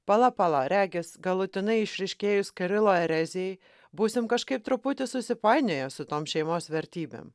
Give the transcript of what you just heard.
pala pala regis galutinai išryškėjus kirilo erezijai būsim kažkaip truputį susipainioję su tom šeimos vertybėm